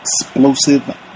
explosive